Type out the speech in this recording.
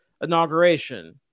inauguration